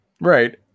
Right